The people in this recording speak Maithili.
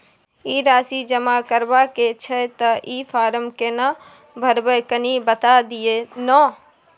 ई राशि जमा करबा के छै त ई फारम केना भरबै, कनी बता दिय न?